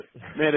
man